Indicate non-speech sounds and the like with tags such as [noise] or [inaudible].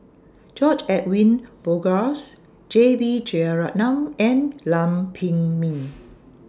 George Edwin Bogaars J B Jeyaretnam and Lam Pin Min [noise]